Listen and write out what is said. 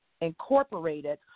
Incorporated